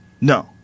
No